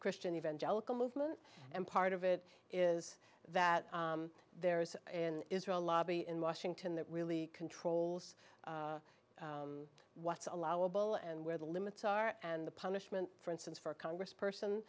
christian evangelical movement and part of it is that there is in israel lobby in washington that really controls what's allowable and where the limits are and the punishment for instance for a congress person